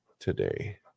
today